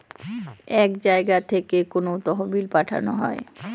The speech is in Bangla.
এক জায়গা থেকে কোনো তহবিল পাঠানো হয়